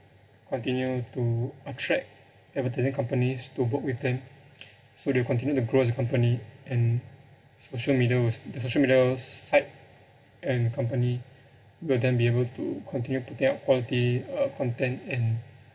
continue to attract advertising companies to work with them so they continue to grow as a company and social media will s~ the social media site and company will then be able to continue to take up all the uh content and